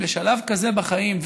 לשלב כזה בחיים,